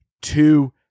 two